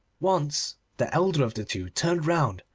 once the elder of the two turned round,